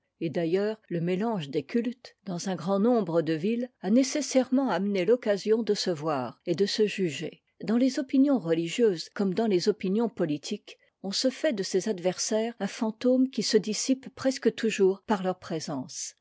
et d'ailleurs le mélange des cultes dans un grand nombre de villes a nécessairement amené l'occasion de se voir et de se juger dans les opinions religieuses comme dans les opinions politiques on se fait de ses adversaires un fantôme qui se dissipe presque toujours par leur présence